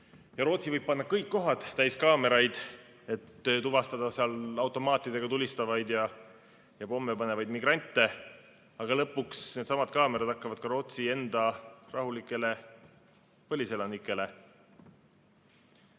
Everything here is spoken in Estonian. Rootsi võib panna kõik kohad täis kaameraid, et tuvastada automaatidega tulistavaid ja pomme panevaid migrante, aga lõpuks hakkavad needsamad kaamerad ka Rootsi enda rahulikele põliselanikele